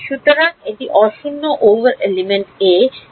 সুতরাং এটি অ শূন্য ওভার এলিমেন্ট 'a' এবং উপাদান 'b'